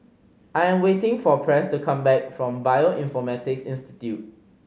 I am waiting for Press to come back from Bioinformatics Institute